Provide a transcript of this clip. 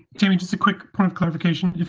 i mean just a quick point of clarification